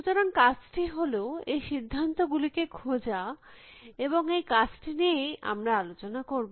সুতরাং কাজটি হল এই সিদ্ধান্ত গুলিকে খোঁজা এবং এই কাজটি নিয়েই আমরা আলোচনা করব